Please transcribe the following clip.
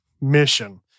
mission